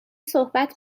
صحبت